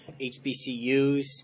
HBCUs